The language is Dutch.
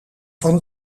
van